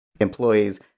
employees